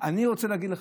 אני רוצה להגיד לך,